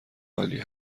عالی